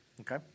Okay